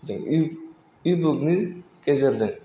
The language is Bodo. जों इ बुखनि गेजेरजों